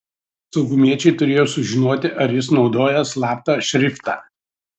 saugumiečiai turėjo sužinoti ar jis naudoja slaptą šriftą